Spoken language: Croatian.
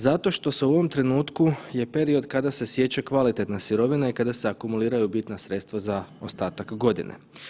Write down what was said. Zato što se u ovom trenutku, je period kada se sječe kvalitetna sirovina i kada se akumuliraju bitna sredstva za ostatak godine.